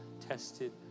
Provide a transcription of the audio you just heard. tested